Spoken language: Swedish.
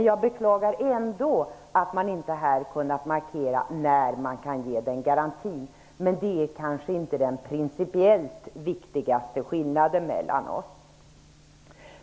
Jag beklagar ändå att man inte här har kunnat markera när man kan ge den garantin, men det är kanske inte den principiellt viktigaste skillnaden mellan oss.